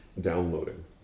Downloading